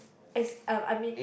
as uh I mean